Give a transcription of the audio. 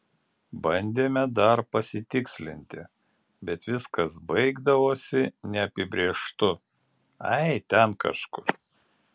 bandėme dar pasitikslinti bet viskas baigdavosi neapibrėžtu ai ten kažkur